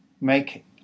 make